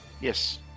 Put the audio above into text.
Yes